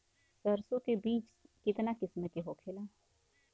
सरसो के बिज कितना किस्म के होखे ला?